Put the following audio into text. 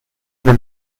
del